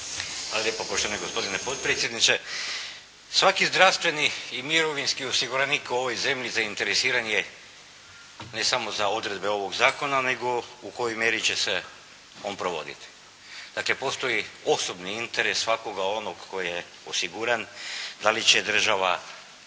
lijepa poštovani gospodine potpredsjedniče. Svaki zdravstveni i mirovinski osiguranik u ovoj zemlji zainteresiran je ne samo za odredbe ovog zakona nego u kojoj mjeri će se on provoditi. Dakle postoji osobni interes svakog onog tko je osiguran da li će država